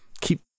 keep